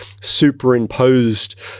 superimposed